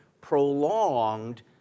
prolonged